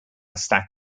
stack